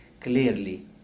clearly